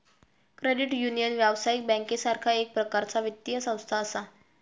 credit union, व्यावसायिक बँकेसारखा एक प्रकारचा वित्तीय संस्था असा